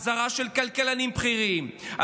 אזהרה של כלכלנים בכירים,